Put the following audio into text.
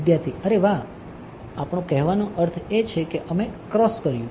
વિદ્યાર્થી અરે વાહ અમારો કહેવાનો અર્થ એ છે કે અમે ક્રોસ કર્યું